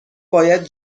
باید